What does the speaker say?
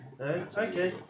Okay